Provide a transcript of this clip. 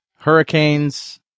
hurricanes